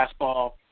fastball